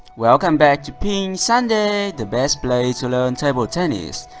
welcome back to pingsunday, the best place to learn table tennis.